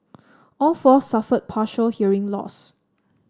all four suffered partial hearing loss